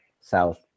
south